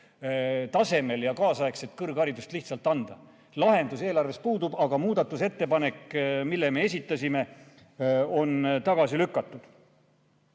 tasemel ja kaasaegset kõrgharidust anda. Lahendus eelarves puudub, aga muudatusettepanek, mille me esitasime, on tagasi lükatud.